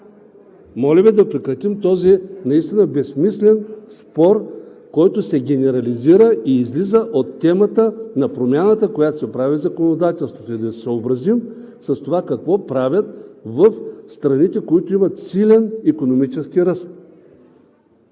Моля Ви да прекратим този безсмислен спор, който се генерализира и излиза от темата на промяната, която се прави в законодателството, и да се съобразим с това какво правят в страните, които имат силен икономически ръст!